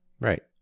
Right